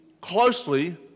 closely